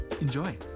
Enjoy